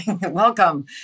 Welcome